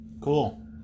cool